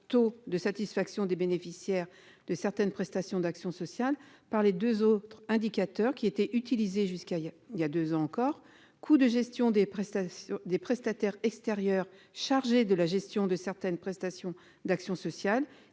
taux de satisfaction des bénéficiaires de certaines prestations d'action sociale par les 2 autres indicateurs qui étaient utilisés jusqu'à il a, il y a 2 ans encore, coût de gestion des prestations des prestataires extérieurs chargés de la gestion de certaines prestations d'action sociale